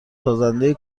سازنده